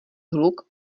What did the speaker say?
hluk